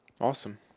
Awesome